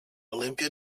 olympia